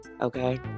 Okay